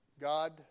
God